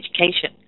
education